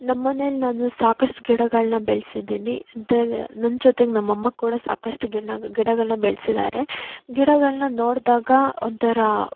ನಮ್ಮ ಮನೇಲಿ ನಾನು ಸಾಕಷ್ಟ್ ಗಿಡಗಳನ್ನ ಬೆಳೆಸಿದ್ದೀನಿ ಅದಲ್ ನನ್ನ ಜೊತೆಗೆ ನಮ್ಮ ಅಮ್ಮ ಕೂಡ ಸಾಕಷ್ಟು ಗಿಡನ ಗಿಡಗಳನ್ನ ಬೆಳ್ಸಿದ್ದಾರೆ ಗಿಡಗಳನ್ನ ನೋಡಿದಾಗ ಒಂಥರ